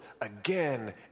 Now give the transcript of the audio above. again